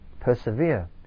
persevere